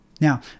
Now